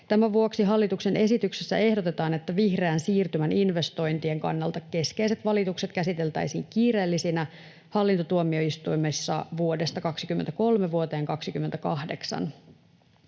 Tämän vuoksi hallituksen esityksessä ehdotetaan, että vihreän siirtymän investointien kannalta keskeiset valitukset käsiteltäisiin kiireellisinä hallintotuomioistuimessa vuodesta 23 vuoteen 28.